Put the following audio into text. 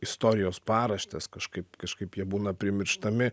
istorijos paraštes kažkaip kažkaip jie būna primirštami